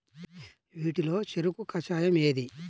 వీటిలో చెరకు కషాయం ఏది?